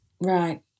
right